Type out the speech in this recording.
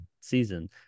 season